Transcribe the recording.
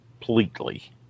completely